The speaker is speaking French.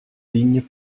ligne